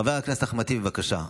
חבר הכנסת אחמד טיבי, בבקשה.